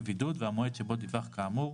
בבידוד והמועד שבו דיווח כאמור.